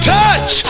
touch